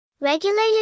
Regulated